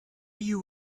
you